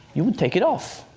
you can take it off,